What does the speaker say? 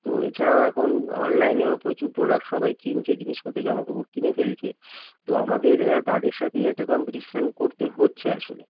তো এছাড়াও এখন অনলাইনেও প্রচুর প্রোডাক্ট সবাই কিনছে জিনিসপত্র জামাকাপড় কিনে ফেলছে তো আমাদের তাদের সাথেই একটা কম্পিটিশান করতে হচ্ছে আসলে